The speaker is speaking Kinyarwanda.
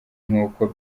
nk’uko